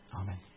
Amen